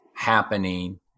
happening